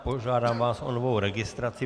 Požádám vás o novou registraci.